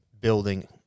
building